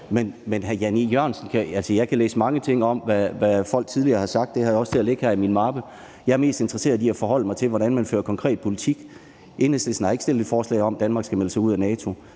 og her. Jeg kan læse mange ting om, hvad folk tidligere har sagt, og det har jeg også liggende her i min mappe. Jeg er mest interesseret i at forholde mig til, hvordan man fører konkret politik. Enhedslisten har ikke stillet forslag om, at Danmark skal melde sig ud af NATO.